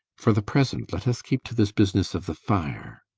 for the present, let us keep to this business of the fire.